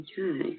Okay